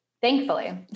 Thankfully